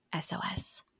SOS